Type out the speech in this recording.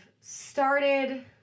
started